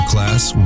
Class